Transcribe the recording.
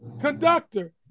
conductor